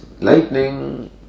lightning